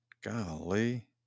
Golly